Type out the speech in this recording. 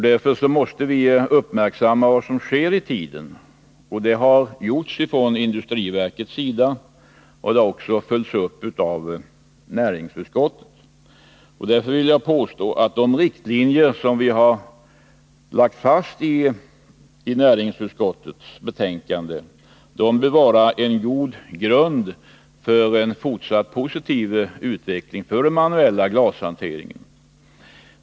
Därför måste vi uppmärksamma vad som sker i tiden. Det har man gjort från industriverkets sida, och det har följts upp av näringsutskottet. Jag vill påstå att de riktlinjer som vi har lagt fast i näringsutskottets betänkande bör vara en god grund för en fortsatt positiv utveckling för den manuella glasindustrin.